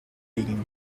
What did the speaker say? dean